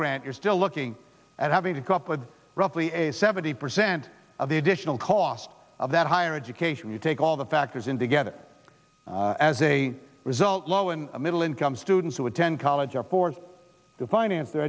grant you're still looking at having to come up with roughly a seventy percent of the additional cost of that higher education you take all the factors in together as a result low and middle income students who attend college are forced to finance their